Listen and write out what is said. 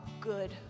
good